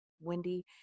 Wendy